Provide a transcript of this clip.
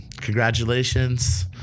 congratulations